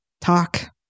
talk